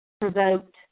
provoked